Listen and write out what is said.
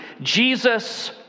Jesus